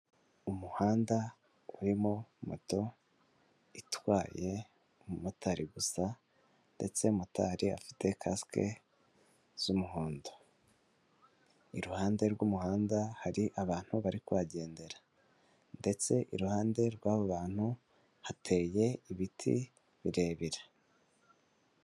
Umuhanda urimo moto itwaye umumotari gusa ndetse motari afite kasike z'umuhondo, iruhande rw'umuhanda hari abantu bari kuhagendera ndetse iruhande rw'abo bantu hateye ibiti birebire.